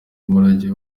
umurage